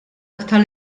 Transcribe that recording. aktar